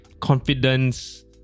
confidence